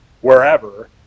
wherever